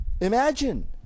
Imagine